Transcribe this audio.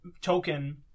token